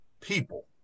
people